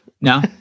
No